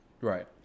Right